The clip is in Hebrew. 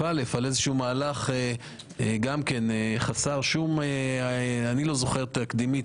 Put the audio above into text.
א' על מהלך חסר שום אני לא זוכר תקדימית.